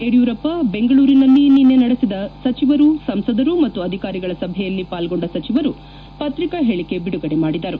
ಯಡಿಯೂರಪ್ಪ ಬೆಂಗಳೂರಿನಲ್ಲಿ ನಿನ್ನೆ ನಡೆಸಿದ ಸಚಿವರು ಸಂಸದರು ಮತ್ತು ಅಧಿಕಾರಿಗಳ ಸಭೆಯಲ್ಲಿ ಪಾಲ್ಗೊಂಡ ಸಚಿವರು ಪತ್ರಿಕಾ ಹೇಳಿಕೆ ಬಿಡುಗಡೆ ಮಾಡಿದರು